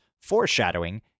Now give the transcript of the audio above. foreshadowing